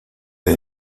del